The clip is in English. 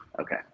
Okay